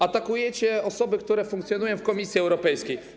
Atakujecie osoby, które funkcjonują w Komisji Europejskiej.